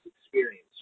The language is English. experience